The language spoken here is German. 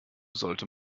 sollte